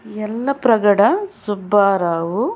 Yellapragada Subbarao